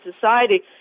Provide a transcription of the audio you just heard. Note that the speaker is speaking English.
society